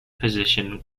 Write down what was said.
position